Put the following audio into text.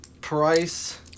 price